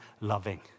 loving